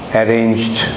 arranged